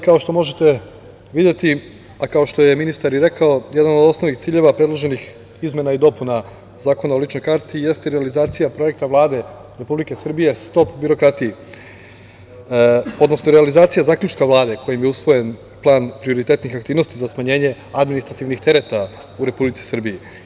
Kao što možete videti, a kao što je ministar i rekao, jedan od osnovnih ciljeva predloženih izmena i dopuna Zakona o ličnoj karti, jeste realizacija projekta Vlade Republike Srbije „Stop birokratiji“, odnosno realizacija zaključka Vlade, kojim je usvojen Plan prioritetnih aktivnosti za smanjenje administrativnih tereta u Republici Srbiji.